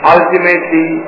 Ultimately